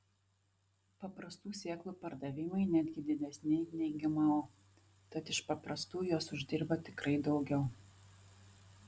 paprastų sėklų pardavimai netgi didesni nei gmo tad iš paprastų jos uždirba tikrai daugiau